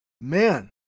man